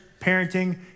parenting